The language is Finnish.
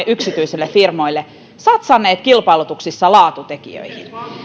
yksityisille firmoille palveluita ulkoistaessamme satsanneet kilpailutuksissa laatutekijöihin